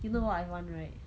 you know what I want right